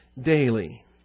daily